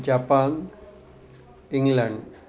Japan England